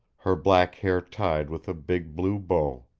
her black hair tied with a big blue bow.